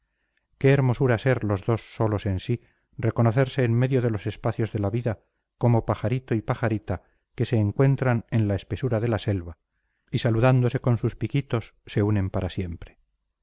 qué hermosura ser los dos solos en sí reconocerse en medio de los espacios de la vida como pajarito y pajarita que se encuentran en la espesura de la selva y saludándose con sus piquitos se unen para siempre